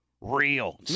real